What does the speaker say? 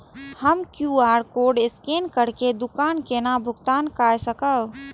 हम QR code scan करके दुकान केना भुगतान काय सकब?